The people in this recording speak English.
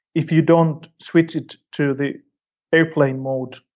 if you don't switch it to the airplane mode,